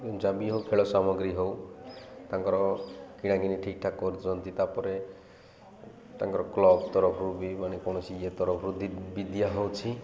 ଜମି ହଉ ଖେଳ ସାମଗ୍ରୀ ହଉ ତାଙ୍କର କିଣା କିଣି ଠିକ୍ ଠାକ୍ କରୁଛନ୍ତି ତା'ପରେ ତାଙ୍କର କ୍ଲବ୍ ତରଫରୁ ବି ମାନେ କୌଣସି ଇଏ ତରଫରୁ ବି ଦିଆହେଉଛି